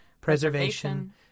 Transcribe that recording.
preservation